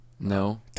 No